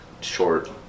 short